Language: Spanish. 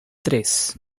tres